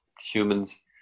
humans